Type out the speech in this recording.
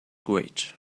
great